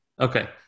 Okay